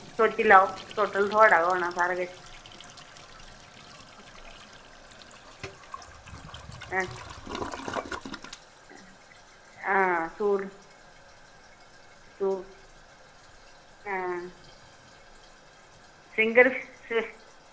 सोची लैओ टोटल थुआढ़ा गै होना सारा किश अच्छा हां सूल सूल हां सिंगर सि